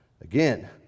Again